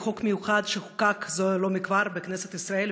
חוק מיוחד שחוקק זה לא כבר בכנסת ישראל,